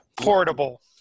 Portable